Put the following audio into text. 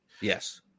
Yes